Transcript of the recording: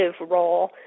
role